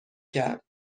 کرد